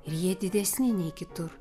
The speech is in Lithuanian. ir jie didesni nei kitur